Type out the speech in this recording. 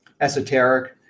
esoteric